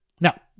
Now